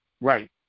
Right